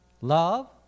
Love